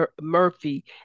Murphy